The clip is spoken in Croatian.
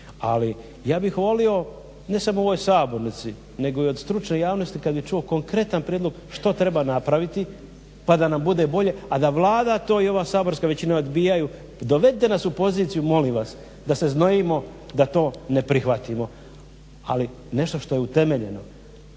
Ali ja bih volio ne samo u ovoj sabornici nego i od stručne javnosti kad bi čuo konkretan prijedlog što treba napraviti pa da nam bude bolje, a da Vlada to i ova saborska većina odbijaju. Dovedite nas u poziciju molim vas da se znojimo da to ne prihvatimo, ali nešto što je utemeljeno.